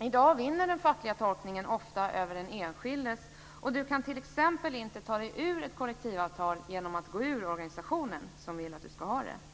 I dag vinner den fackliga tolkningen ofta över den enskildes, och du kan t.ex. inte ta dig ur ett kollektivavtal genom att gå ut ur den organisation som vill att du ska omfattas av det.